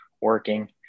working